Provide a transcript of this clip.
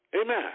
Amen